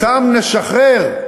אותם נשחרר,